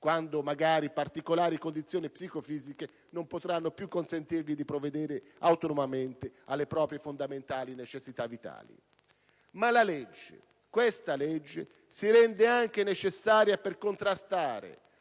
quando magari particolari condizioni psicofisiche non gli consentiranno più di provvedere autonomamente alle proprie fondamentali necessità vitali. Ma la legge, questa legge, si rende necessaria anche per contrastare